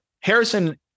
Harrison